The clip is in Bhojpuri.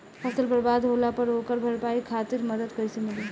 फसल बर्बाद होला पर ओकर भरपाई खातिर मदद कइसे मिली?